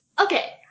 Okay